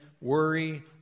worry